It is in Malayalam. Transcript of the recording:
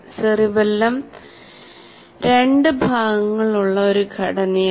സെറിബ്രെല്ലം രണ്ട് ഭാഗങ്ങളുള്ള ഒരു ഘടനയാണ്